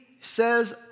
says